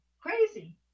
crazy